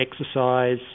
exercise